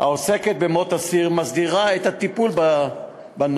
העוסקת במות אסיר, מסדירה את הטיפול בנוהל: